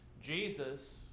Jesus